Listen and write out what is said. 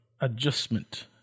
adjustment